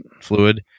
fluid